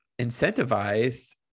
incentivized